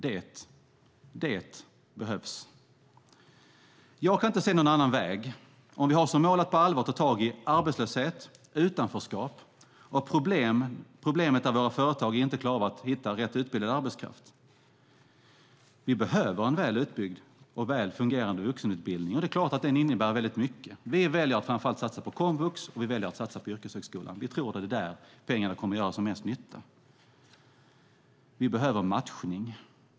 Det behövs. Jag kan inte se någon annan väg om vi har som mål att på allvar ta tag i arbetslöshet, utanförskap och problemet där våra företag inte klarar av att hitta rätt utbildad arbetskraft. Vi behöver en väl utbyggd och väl fungerande vuxenutbildning, och det är klart att den innebär väldigt mycket. Vi väljer att framför allt satsa på komvux och yrkeshögskolan. Vi tror att det är där pengarna kommer att göra mest nytta. Vi behöver matchning.